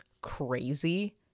crazy